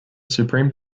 supreme